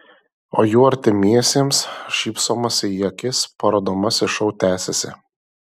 o jų artimiesiems šypsomasi į akis parodomasis šou tęsiasi